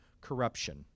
corruption